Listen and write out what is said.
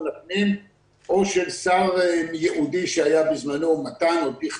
הפנים או של שר ייעודי שהיה בזמנו מתן וילנאי או אבי דיכטר.